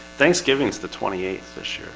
thanksgivings the twenty eighth this